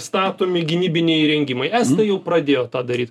statomi gynybiniai įrengimai estai jau pradėjo tą daryt